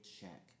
check